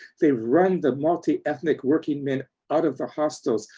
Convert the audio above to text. they run the multi-ethnic working men out of the hostels.